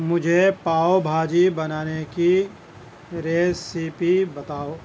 مجھے پاو بھاجی بنانے کی ریسیپی بتاؤ